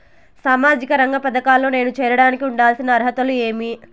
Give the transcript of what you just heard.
సామాజిక రంగ పథకాల్లో నేను చేరడానికి ఉండాల్సిన అర్హతలు ఏమి?